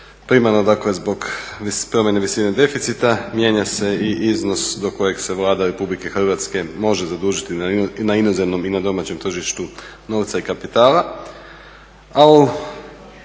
Primarnom dakle zbog promjene visine deficita mijenja se i iznos do kojeg se Vlada Republike Hrvatske može zadužiti na inozemnom i na domaćem tržištu novca i kapitala.